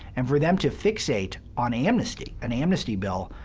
and for them to fixate on amnesty, an amnesty bill,